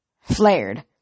Flared